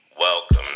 Welcome